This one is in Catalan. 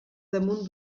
damunt